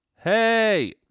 Hey